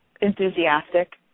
enthusiastic